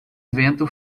vento